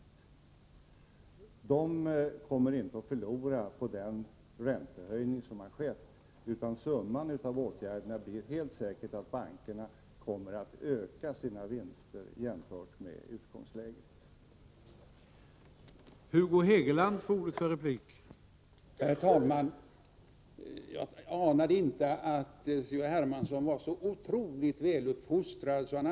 Bankerna kommer inte att förlora på den räntehöjning som har skett, utan summan av åtgärderna blir helt säkert att bankerna kommer att öka sina vinster jämfört med vad som gällde vid utgångsläget.